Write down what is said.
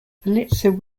pulitzer